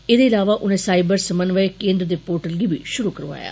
एह्दे अलावा उनें साईबर समन्वय केन्द्र दे पोर्टल गी बी षुरु करोआया